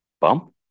Bump